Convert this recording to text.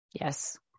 Yes